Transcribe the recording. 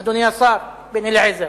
אדוני השר בן-אליעזר.